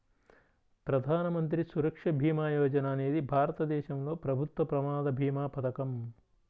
ప్రధాన మంత్రి సురక్ష భీమా యోజన అనేది భారతదేశంలో ప్రభుత్వ ప్రమాద భీమా పథకం